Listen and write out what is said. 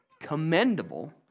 commendable